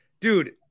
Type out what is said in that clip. dude